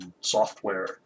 software